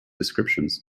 descriptions